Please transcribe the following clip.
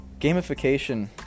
Gamification